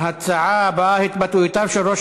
להצעות לסדר-היום בנושא: התבטאויותיו של ראש